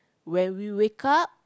when we wake up